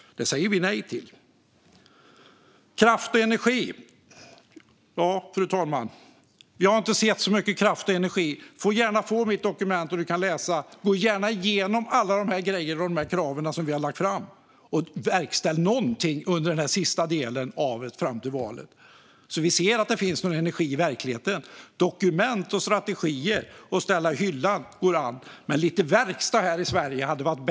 Det säger vi nej till. Fru talman! Jag har inte sett så mycket kraft och energi. Elin Gustafsson kan gärna få mitt dokument och läsa det. Gå gärna igenom alla de här grejerna och kraven som vi har lagt fram och verkställ någonting under den här sista delen av perioden fram till valet så att vi ser att det finns någon energi i verkligheten. Dokument och strategier att ställa i hyllan går visst an, men det hade varit bättre med lite verkstad här i Sverige.